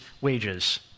wages